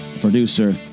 producer